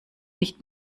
nicht